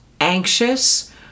anxious